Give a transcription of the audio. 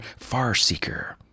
Farseeker